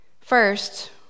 First